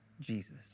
Jesus